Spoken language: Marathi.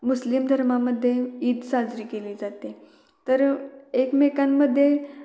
मुस्लिम धर्मामध्ये ईद साजरी केली जाते तर एकमेकांमध्ये